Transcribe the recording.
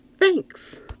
Thanks